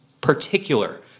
particular